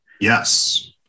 Yes